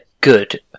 good